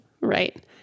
Right